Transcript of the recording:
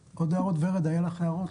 ורד, היו לך הערות?